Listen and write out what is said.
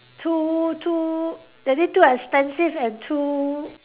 too too that mean too expensive and too